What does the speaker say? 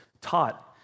taught